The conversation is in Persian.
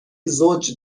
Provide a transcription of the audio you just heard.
زوج